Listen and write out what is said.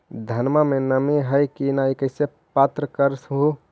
धनमा मे नमी है की न ई कैसे पात्र कर हू?